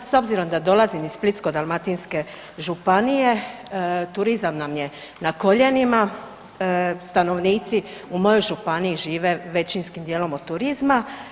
S obzirom da dolazim iz Splitsko-dalmatinske županije turizam nam je na koljenima, stanovnici u mojoj županiji žive većinskim dijelom od turizma.